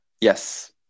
Yes